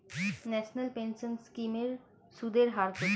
National pension scheme এর সুদের হার কত?